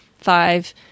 five